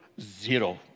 Zero